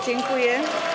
Dziękuję.